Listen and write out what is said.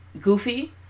goofy